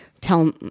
Tell